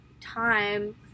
time